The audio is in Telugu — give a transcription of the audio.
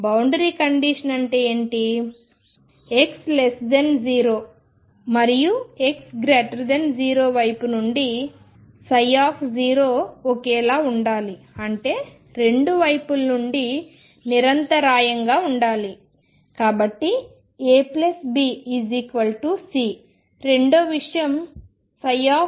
బౌండరి కండిషన్ ఏమిటి x0 మరియు x0 వైపు నుండి ψ ఒకేలా ఉండాలి అంటే రెండు వైపుల నుండి నిరంతరాయంగా ఉండాలి